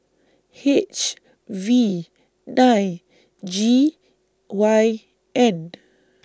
H V nine G Y N